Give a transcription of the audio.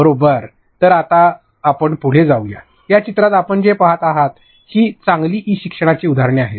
बरोबर तर आपण पुढे जाऊया या चित्रात आपण जे पहात आहात ही चांगली ई शिक्षणाची उदाहरणे आहेत